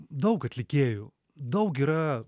daug atlikėjų daug yra